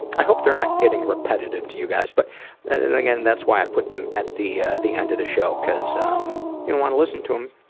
i hope they're not getting repetitive to you guys, but then again thats why i put them at the ah the end of the show cause um if you don't want to listen to them,